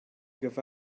give